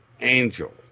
Angel